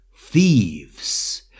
Thieves